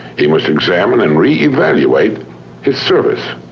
he must examine and reevaluate his service.